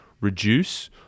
reduce